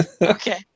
Okay